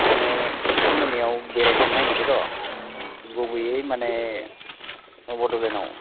आङो नोंथांमोनियाव बेरायनो थांनो नागिरदों र' गुबैयै मानि बड'लेण्डआव